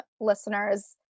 listeners